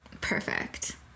Perfect